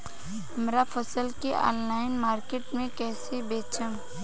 हमार फसल के ऑनलाइन मार्केट मे कैसे बेचम?